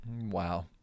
Wow